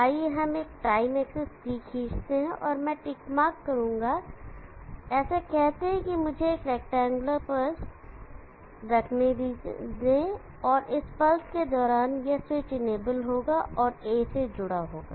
आइए हम एक टाइम एक्सेस T खींचते हैं और मैं टिक मार्क करूंगा ऐसा कहते हैं और मुझे एक रैक्टेंगुलर पल्स रखने दें और इस पल्स के दौरान यह स्विच इनेबल होगा और A से जुड़ा होगा